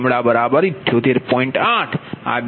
8આ બીજો મુદ્દો છે